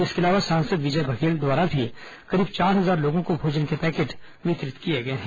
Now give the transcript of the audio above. इसके अलावा सांसद विजय बघेल के द्वारा भी करीब चार हजार लोगों को भोजन के पैकेट वितरित किए गए हैं